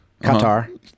Qatar